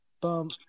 bum